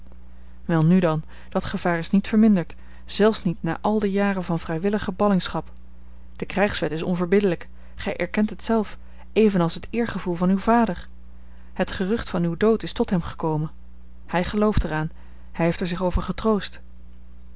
welnu dan dat gevaar is niet verminderd zelfs niet na al de jaren van vrijwillige ballingschap de krijgswet is onverbiddelijk gij erkent het zelf evenals het eergevoel van uw vader het gerucht van uw dood is tot hem gekomen hij gelooft er aan hij heeft er zich over getroost